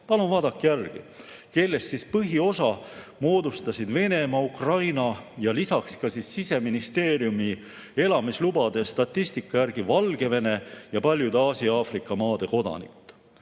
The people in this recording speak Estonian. Palun vaadake järgi! Neist põhiosa moodustasid Venemaa, Ukraina ja lisaks Siseministeeriumi elamislubade statistika järgi Valgevene ja paljud Aasia ja Aafrika maade kodanikud.